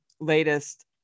latest